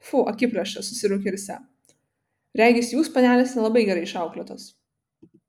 fu akiplėša susiraukė risią regis jūs panelės nelabai gerai išauklėtos